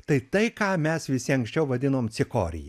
tai tai ką mes visi anksčiau vadinom cikorija